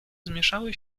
zmieszały